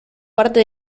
parte